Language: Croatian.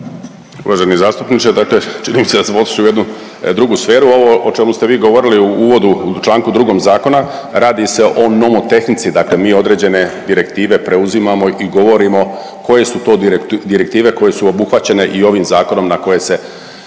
Uvaženi zastupniče, dakle čini mi se da smo otišli u jednu drugu sferu. Ovo o čemu ste vi govorili u uvodu u članku 2. zakona radi se o nomotehnici. Dakle, mi određene direktive preuzimamo i govorimo koje su to direktive koje su obuhvaćene i ovim zakonom na koje se